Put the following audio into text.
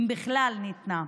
אם בכלל ניתנה.